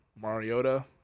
Mariota